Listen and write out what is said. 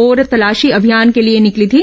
ओर तलाशी अभियान के लिए निकली थीं